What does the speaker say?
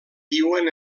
viuen